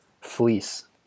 fleece